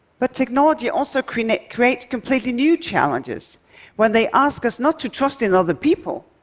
but technology also creates creates completely new challenges when they ask us not to trust in other people